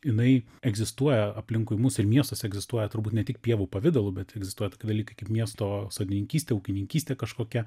jinai egzistuoja aplinkui mus ir miestas egzistuoja turbūt ne tik pievų pavidalu bet egzistuoja toki dalykai kaip miesto sodininkystė ūkininkystė kažkokia